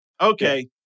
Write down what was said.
Okay